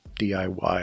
DIY